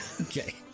Okay